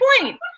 point